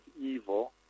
evil